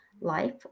life